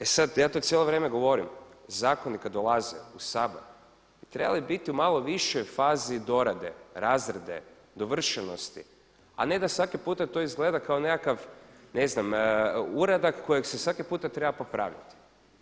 E sada ja to cijelo vrijeme govorim, zakoni kada dolaze u Sabor bi trebali biti u malo višoj fazi dorade, razrade, dovršenosti a ne da svaki puta to izgleda kao nekakav uradak kojeg se svaki puta treba popravljati.